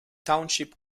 township